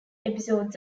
episodes